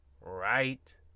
right